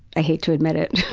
i hate to admit it.